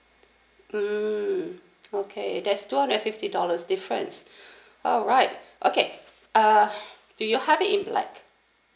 mm okay that's two hundred and fifty dollars difference alright okay uh do you have it in black